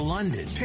London